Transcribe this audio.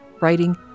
writing